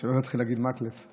שלא תתחיל להגיד "מקלף".